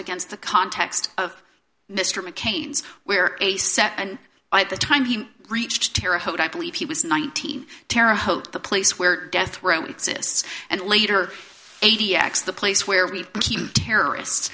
against the context of mr mccain's we're a set and by the time he reached terre haute i believe he was nineteen terre haute the place where death row exists and later eighty x the place where we terrorists